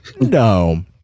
No